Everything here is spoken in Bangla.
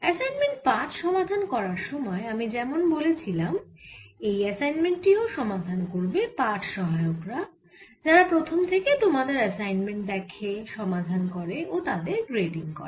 অ্যাসাইনমেন্ট 5 সমাধান করার সময় আমি যেমন বলেছিলাম এই অ্যাসাইনমেন্ট টি ও সমাধান করবে পাঠ সহায়করা যারা প্রথম থেকে তোমাদের অ্যাসাইনমেন্ট দেখে সমাধান করে ও তাদের গ্রেডিং করে